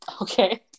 Okay